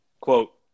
quote